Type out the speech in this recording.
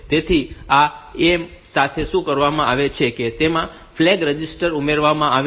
તેથી આ A સાથે શું કરવામાં આવે છે કે તેમાં ફ્લેગ રજીસ્ટર ઉમેરવામાં આવે છે